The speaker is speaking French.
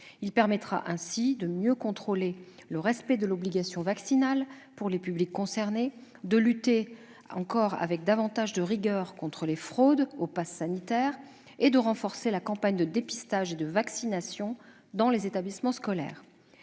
Il permettra ainsi de mieux contrôler le respect de l'obligation vaccinale pour les publics concernés, de lutter avec davantage de rigueur contre les fraudes au passe sanitaire, et de renforcer la campagne de dépistage et de vaccination dans les établissements scolaires.